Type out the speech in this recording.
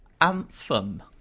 Anthem